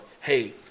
hey